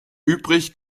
übrig